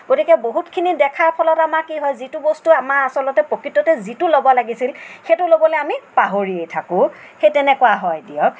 গতিকে বহুতখিনি দেখাৰ ফলত আমাৰ কি হয় যিটো বস্তু আমাৰ আচলতে প্ৰকৃততে যিটো ল'ব লাগিছিল সেইটো ল'বলৈ আমি পাহৰিয়েই থাকোঁ সেই তেনেকুৱা হয় দিয়ক